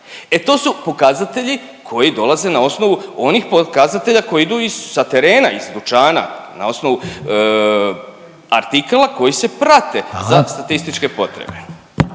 E to su pokazatelji koji dolaze na osnovu onih pokazatelja koji idu iz sa terena iz dućana, na osnovu artikala koji se prate …/Upadica Reiner: